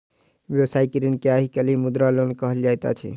व्यवसायिक ऋण के आइ काल्हि मुद्रा लोन कहल जाइत अछि